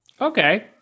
Okay